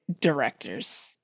directors